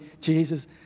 Jesus